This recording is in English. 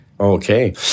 Okay